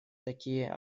такие